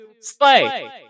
Slay